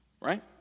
right